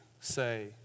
say